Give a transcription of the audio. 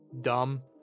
Dumb